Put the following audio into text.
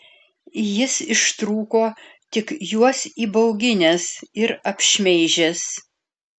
jis ištrūko tik juos įbauginęs ir apšmeižęs